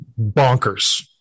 bonkers